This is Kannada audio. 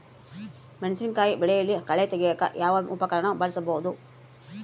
ಮೆಣಸಿನಕಾಯಿ ಬೆಳೆಯಲ್ಲಿ ಕಳೆ ತೆಗಿಯಾಕ ಯಾವ ಉಪಕರಣ ಬಳಸಬಹುದು?